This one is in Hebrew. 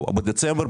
בדצמבר.